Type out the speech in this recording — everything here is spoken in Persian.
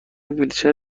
ویلچر